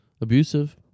Abusive